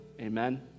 Amen